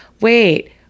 Wait